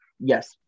yes